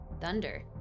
Thunder